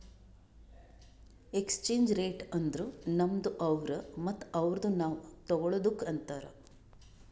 exchange rate ಅಂದುರ್ ನಮ್ದು ಅವ್ರು ಮತ್ತ ಅವ್ರುದು ನಾವ್ ತಗೊಳದುಕ್ ಅಂತಾರ್